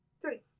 three